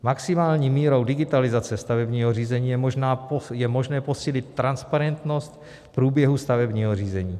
Maximální mírou digitalizace stavebního řízení je možné posílit transparentnost průběhu stavebního řízení.